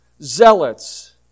zealots